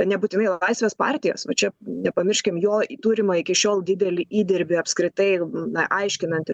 nebūtinai laisvės partijos va čia nepamirškim jo turimą iki šiol didelį įdirbį apskritai na aiškinant